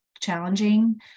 challenging